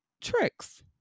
tricks